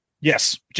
Yes